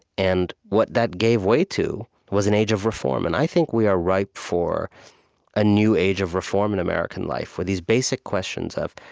and what that gave way to was an age of reform. and i think we are ripe for a new age of reform in american life, where these basic questions of,